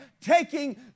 taking